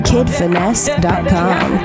KidFinesse.com